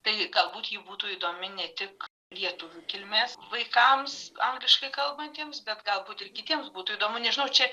tai galbūt ji būtų įdomi ne tik lietuvių kilmės vaikams angliškai kalbantiems bet galbūt ir kitiems būtų įdomu nežinau čia